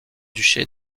duché